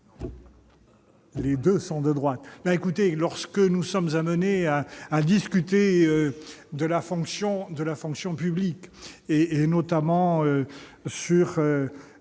Les deux sont de droite